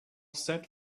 set